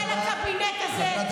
של הקבינט הזה.